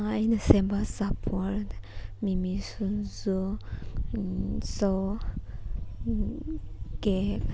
ꯑꯩꯅ ꯁꯦꯝꯕ ꯑꯆꯥꯄꯣꯠ ꯃꯤꯃꯤ ꯁꯤꯡꯖꯨ ꯆꯧ ꯀꯦꯛ